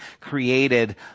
created